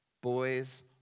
boys